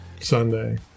Sunday